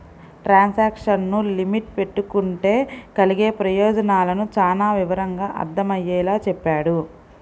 transaction limit పెట్టుకుంటే కలిగే ప్రయోజనాలను చానా వివరంగా అర్థమయ్యేలా చెప్పాడు